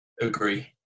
agree